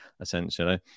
essentially